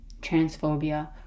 transphobia